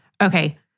Okay